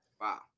Wow